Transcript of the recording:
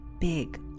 big